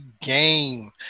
game